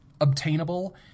obtainable